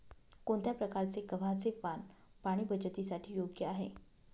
कोणत्या प्रकारचे गव्हाचे वाण पाणी बचतीसाठी योग्य आहे?